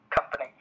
company